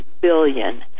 billion